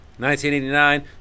1989